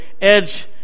edge